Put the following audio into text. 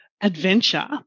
adventure